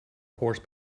horse